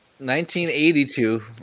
1982